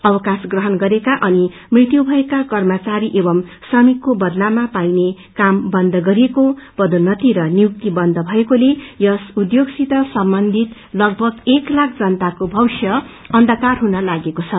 अवकाश ग्रहण गरेका अनि मृत्यु भएका कर्मचारी एवं श्रमिकको बदलामा पाइने क्राम बन्द गरिएको पदोन्नति र नियुक्ति बन्द भएकोले यस उध्योगसित सम्बन्धित लगभग एक लाख जनताको भविष्य अन्यकार हुन लागेको छ